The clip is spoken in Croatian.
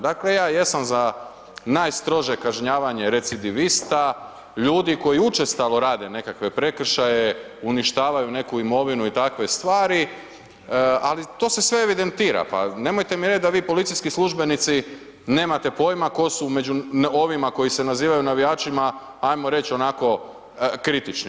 Dakle, ja jesam za najstrože kažnjavanje recidivista, ljudi koji učestalo rade nekakve prekršaje, uništavaju neku imovinu i takve stvari ali to se sve evidentira, pa nemojte mi reć da vi policijski službenici nemate pojma ko su među ovima koji se nazivaju navijačima, ajmo reć onako kritični.